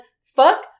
fuck